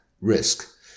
risk